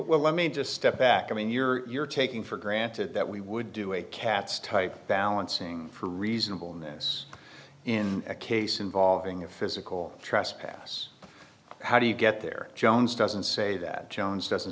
well let me just step back i mean you're taking for granted that we would do a katz type balancing for reasonable ness in a case involving a physical trespass how do you get there jones doesn't say that jones doesn't